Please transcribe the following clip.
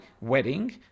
wedding